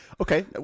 okay